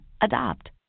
Adopt